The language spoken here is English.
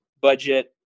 budget